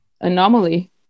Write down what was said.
anomaly